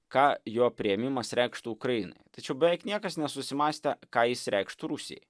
ką jo priėmimas reikštų ukrainai tačiau beveik niekas nesusimąstė ką jis reikštų rusijai